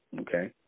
Okay